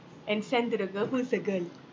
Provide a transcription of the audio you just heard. and send to the girl who's the girl